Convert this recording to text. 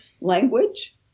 language